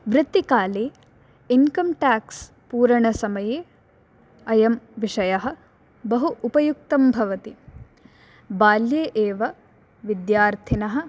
वृत्तिकाले income tax पूरणसमये अयं विषयः बहु उपयुक्तं भवति बाल्ये एव विद्यार्थिनः